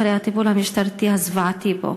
אחרי הטיפול המשטרתי הזוועתי בו.